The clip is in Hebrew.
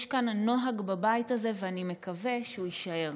יש כאן נוהג בבית הזה, ואני מקווה שהוא יישאר.